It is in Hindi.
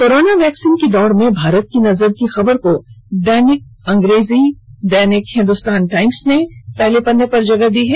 कोरोना वैक्सिन की दौड़ में भारत की नजर की खबर को अंग्रेजी दैनिक हिंदुस्तान टाइम्स ने पहले पत्ने पर प्रकाशित किया है